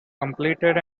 completed